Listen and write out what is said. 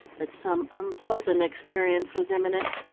that some unpleasant experience was imminent.